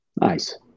nice